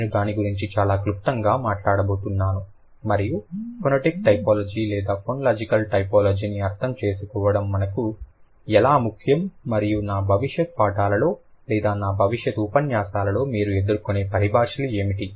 నేను దాని గురించి చాలా క్లుప్తంగా మాట్లాడబోతున్నాను మరియు ఫోనెటిక్ టోపోలాజీ లేదా ఫోనోలాజికల్ టైపోలాజీని అర్థం చేసుకోవడం మనకు ఎలా ముఖ్యం మరియు నా భవిష్యత్ పాఠాలలో లేదా నా భవిష్యత్ ఉపన్యాసాలలో మీరు ఎదుర్కొనే పరిభాషలు ఏమిటి